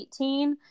2018